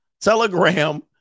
Telegram